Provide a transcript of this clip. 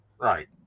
Right